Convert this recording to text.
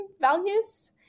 values